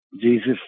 Jesus